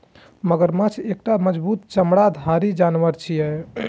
मगरमच्छ एकटा मजबूत चमड़ाधारी जानवर छियै